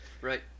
right